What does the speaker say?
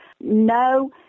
no